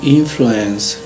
influence